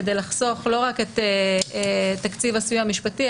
כדי לחסוך לא רק את תקציב הסיוע המשפטי,